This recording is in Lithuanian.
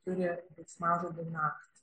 turi veiksmažodį nakt